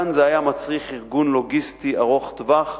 כאן זה היה מצריך ארגון לוגיסטי ארוך-טווח,